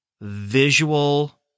visual